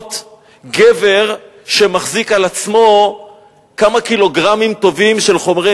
להיות גבר שמחזיק על עצמו כמה קילוגרמים טובים של חומרי